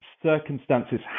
circumstances